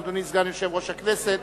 אדוני סגן יושב-ראש הכנסת,